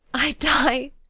i die